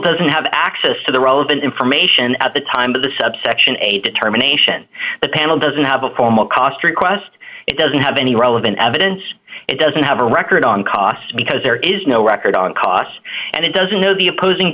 doesn't have access to the relevant information at the time of the subsection a determination the panel doesn't have a formal cost request it doesn't have any relevant evidence it doesn't have a record on costs because there is no record on cos and it doesn't know the opposing